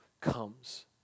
comes